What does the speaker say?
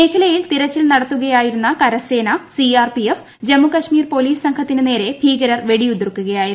മേഖലയിൽ തിരച്ചിൽ നടത്തുകയായിരുന്ന കരസേന C R P F Jammu Kashmir ്പ്രോലീസ് സംഘത്തിന് നേരെ ഭീകരർ വെടിയുതിർക്കുകയായിരുന്നു